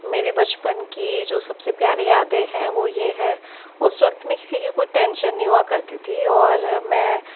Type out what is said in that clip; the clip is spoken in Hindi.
मेरे बचपन की जो सब से प्यारी यादें हैं वो यह हैं उस वक़्त मैं किसी की कोई टेंशन नहीं हुआ करती थी और मैं